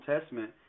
Testament